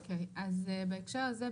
אז הקשר הזה,